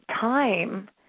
time